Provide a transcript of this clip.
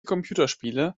computerspiele